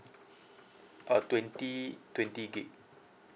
uh twenty twenty gig